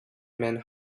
men